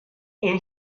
اون